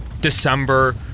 December